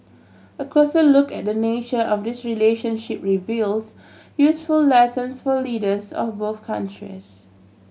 a closer look at the nature of this relationship reveals useful lessons for leaders of both countries